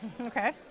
Okay